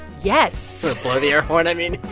yes blow the air horn, i mean